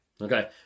Okay